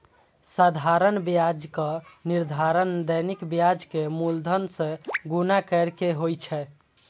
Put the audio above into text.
साधारण ब्याजक निर्धारण दैनिक ब्याज कें मूलधन सं गुणा कैर के होइ छै